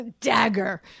Dagger